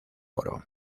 moro